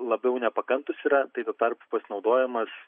labiau nepakantūs yra tai tuo tarpu pasinaudojimas